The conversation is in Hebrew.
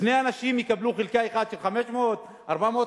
שני אנשים יקבלו חלקה אחת של 450 500 מטר,